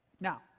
Now